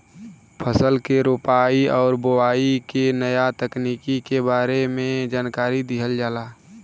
फसल के रोपाई आउर बोआई के नया तकनीकी के बारे में जानकारी दिहल जाला